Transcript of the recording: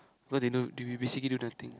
because they don't they be basically do nothing